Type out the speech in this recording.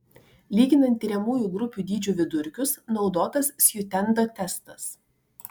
lyginant tiriamųjų grupių dydžių vidurkius naudotas stjudento testas